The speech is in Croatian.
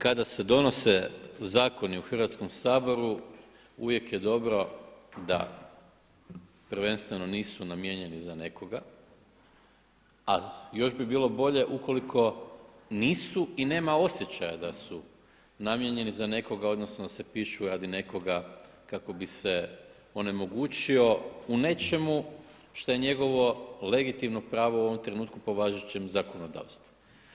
Kada se donose zakoni u Hrvatskom saboru uvijek je dobro da prvenstveno nisu namijenjeni za nekoga a još bi bilo bolje ukoliko nisu i nema osjećaja da su namijenjeni za nekoga odnosno da se pišu radi nekoga kako bi se onemogućio u nečemu šta je njegovo legitimno pravo u ovom trenutku po važećem zakonodavstvu.